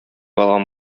алган